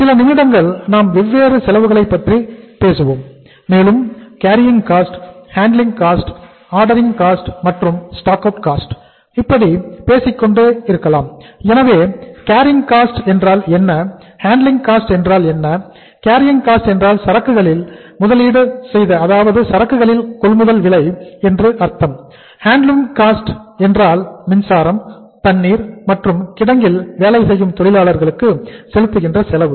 சில நிமிடங்கள் நாம் வெவ்வேறு செலவுகளைப் பற்றி பேசுவோம் மேலும் கேரிங் காஸ்ட் என்றால் மின்சாரம் தண்ணீர் மற்றும் கிடங்கில் வேலை செய்யும் தொழிலாளர்களுக்கு செலுத்துகின்ற செலவு